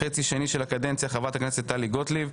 חצי שני של הקדנציה, חברת הכנסת טלי גוטליב.